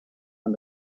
and